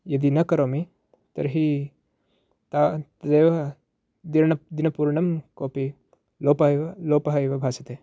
यदि न करोमि तर्हि ता दिनपूर्णं कोपि लोप् लोपः इव भासते